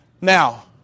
Now